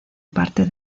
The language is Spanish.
parte